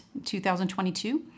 2022